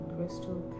Crystal